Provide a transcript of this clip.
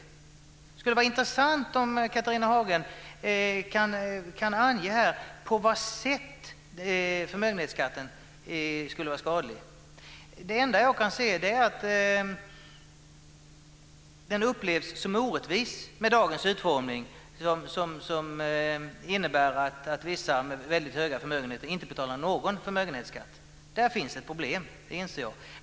Det skulle vara intressant om Catharina Hagen kunde ange på vad sätt förmögenhetsskatten skulle vara skadlig. Det enda jag kan se är att den upplevs som orättvis med dagens utformning, som innebär att vissa med höga förmögenheter inte betalar någon förmögenhetsskatt. Där finns det problem. Det inser jag.